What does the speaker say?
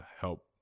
help